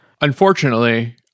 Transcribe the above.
Unfortunately